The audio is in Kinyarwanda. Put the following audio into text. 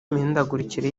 imihindagurikire